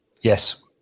Yes